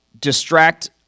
distract